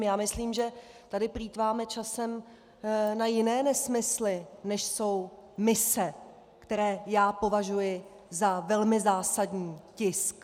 Já myslím, že tady plýtváme časem na jiné nesmysly, než jsou mise, které já považuji za velmi zásadní tisk.